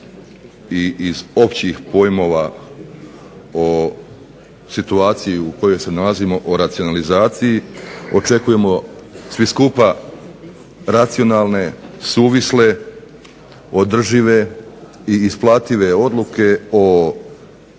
iz općih pojmova o situaciji u kojoj se nalazimo o racionalizaciji. Očekujemo svi skupa racionalne suvisle, održive i isplative odluke o